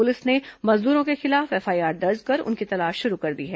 police ने मजदूरों के खिलाफ एफआईआर दर्ज कर उनकी तलाश शुरू कर दी है